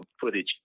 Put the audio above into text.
footage